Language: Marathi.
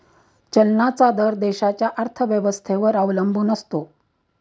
चलनाचा दर देशाच्या अर्थव्यवस्थेवर अवलंबून असतो